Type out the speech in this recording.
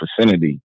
vicinity